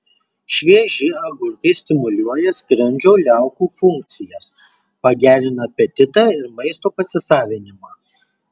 švieži agurkai stimuliuoja skrandžio liaukų funkcijas pagerina apetitą ir maisto pasisavinimą